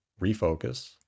refocus